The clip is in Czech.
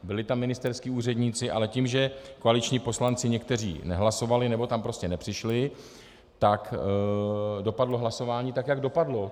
Byli tam ministerští úředníci, ale tím, že někteří koaliční poslanci nehlasovali nebo tam prostě nepřišli, tak dopadlo hlasování tak, jak dopadlo.